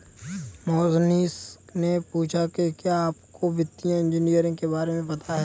मोहनीश ने पूछा कि क्या आपको वित्तीय इंजीनियरिंग के बारे में पता है?